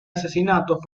asesinato